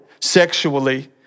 sexually